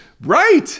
Right